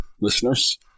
listeners